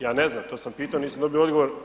Ja ne znam, to sam pitao, nisam dobio odgovor.